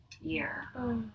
year